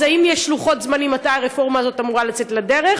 אז האם יש לוחות זמנים מתי הרפורמה הזאת אמורה לצאת לדרך?